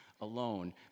alone